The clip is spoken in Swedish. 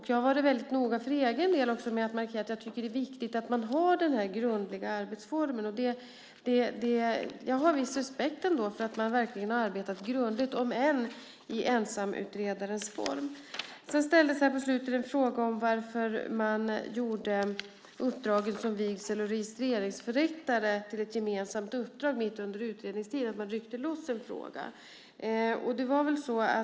Jag har väldigt noga för egen del markerat att jag tycker att det är viktigt att man har den här grundliga arbetsformen. Jag har viss respekt för att man verkligen arbetat grundligt, om än i ensamutredningens form. Det ställdes här på slutet en fråga varför man gjorde uppdraget som vigsel och registreringsförrättare till ett gemensamt uppdrag mitt under utredningens gång. Man ryckte loss en fråga.